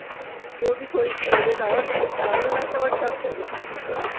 ॿियो बि कोई शइ हुजे तव्हां वटि साड़ियूं असां वटि सभु शइ जो कमु थींदो आहे